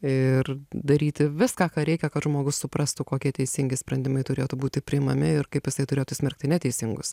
ir daryti viską ką reikia kad žmogus suprastų kokie teisingi sprendimai turėtų būti priimami ir kaip jisai turėtų smerkti neteisingus